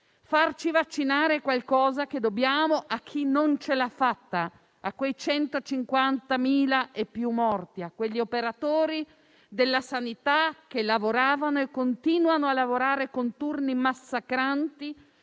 Farci vaccinare è qualcosa che dobbiamo a chi non ce l'ha fatta, a quei più di 150.000 morti e a quegli operatori della sanità che hanno lavorato e continuano a lavorare con turni massacranti